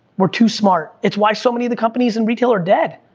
we're too smart, it's why so many of the companies in retail are dead,